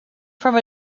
from